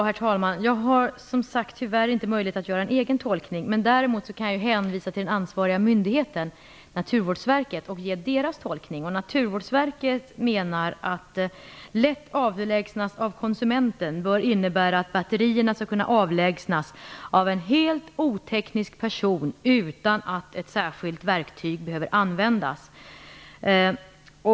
Herr talman! Jag har, som sagt, tyvärr inte möjlighet att göra en egen tolkning. Däremot kan jag hänvisa till den ansvariga myndighetens, Naturvårdsverkets, tolkning. Naturvårdsverket menar att orden "lätt avlägsnas av konsumenten" bör innebära att batterierna skall kunna avlägsnas av en helt oteknisk person utan att ett särskilt verktyg behöver användas.